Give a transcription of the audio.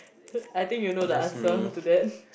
I think you know the answer to that